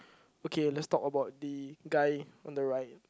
okay lets talk about the guy on the right